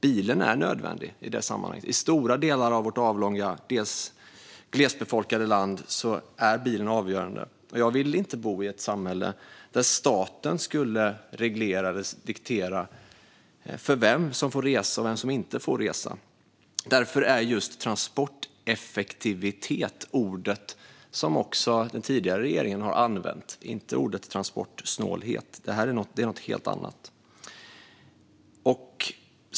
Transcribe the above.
Bilen är nödvändig i detta sammanhang. I stora delar av vårt avlånga och delvis glesbefolkade land är bilen avgörande. Jag vill inte bo i ett samhälle där staten reglerar eller dikterar vem som får resa och vem som inte får resa. Därför är transporteffektivitet det ord som också den tidigare regeringen använde, inte ordet transportsnålhet, som är något helt annat.